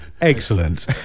Excellent